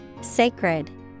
sacred